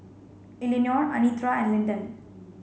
Eleonore Anitra and Linden